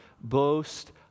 boast